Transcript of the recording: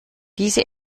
diese